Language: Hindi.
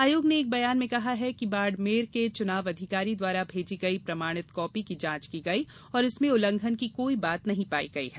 आयोग ने एक बयान में कहा है कि बाडमेर के चुनाव अधिकारी द्वारा भेजी गयी प्रमाणित कॉपी की जांच की गयी और इसमें उल्लंध्यन की कोई बात नहीं पायी गयी है